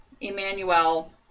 Emmanuel